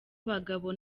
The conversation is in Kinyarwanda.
abagabo